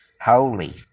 holy